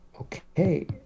okay